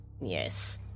Yes